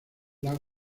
lago